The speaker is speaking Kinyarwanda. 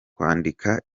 kwandika